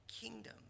kingdom